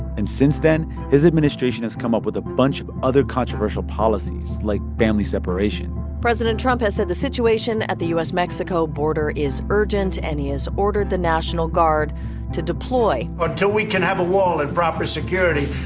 and since then, his administration has come up with a bunch of other controversial policies, like family separation president trump has said the situation at the u s mexico border is urgent, and he has ordered the national guard to deploy until we can have a wall and proper security,